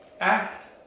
act